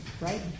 Right